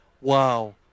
Wow